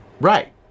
right